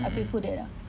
mmhmm